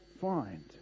find